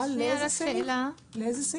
אלה בעצם